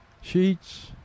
sheets